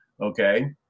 okay